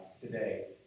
today